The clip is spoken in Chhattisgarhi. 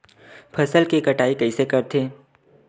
फसल के कटाई कइसे करथे?